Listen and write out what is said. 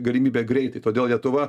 galimybę greitai todėl lietuva